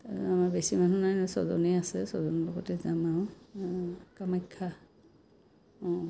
বেছি মানুহ নাই ছজনেই আছে ছজনৰ লগতেই যাম আৰু কামাখ্যা অঁ